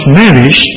marriage